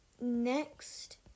Next